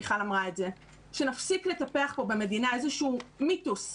מיכל אמרה את זה שנפסיק לטפח פה במדינה איזשהו מיתוס,